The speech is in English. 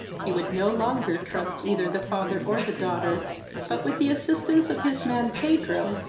he would no longer trust either the father or the daughter but, with the assistance of his man pedro,